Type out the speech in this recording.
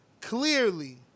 clearly